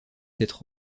être